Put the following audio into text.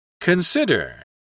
Consider